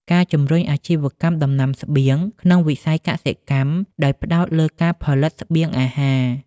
ការជំរុញអាជីវកម្មដំណាំស្បៀងក្នុងវិស័យកសិកម្ម ដោយផ្តោតលើការផលិតស្បៀងអាហារ។